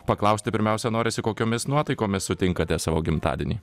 paklausti pirmiausia norisi kokiomis nuotaikomis sutinkate savo gimtadienį